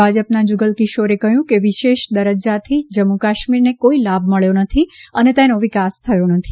ભાજપના જુગલકિશોરે કહ્યું કે વિશેષ દરજ્જાથી જમ્મુકાશ્મીરને કોઇ લાભ મબ્યો નથી અને તેનો વિકાસ થયો નથી